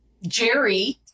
jerry